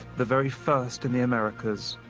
the very first in the americas,